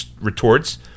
retorts